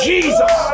Jesus